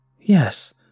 Yes